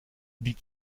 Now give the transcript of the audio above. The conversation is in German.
die